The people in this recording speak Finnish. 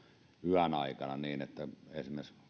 yön aikana niin että esimerkiksi